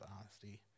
honesty